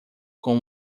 com